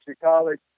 college